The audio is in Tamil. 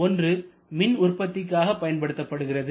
ஒன்று மின் உற்பத்திக்காக பயன்படுத்தப்படுகிறது